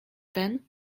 ten